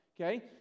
Okay